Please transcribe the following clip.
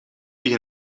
zich